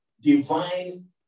divine